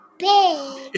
big